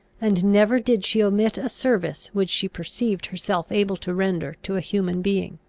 and never did she omit a service which she perceived herself able to render to a human being.